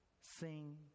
sing